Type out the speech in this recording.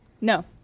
No